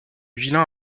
vilain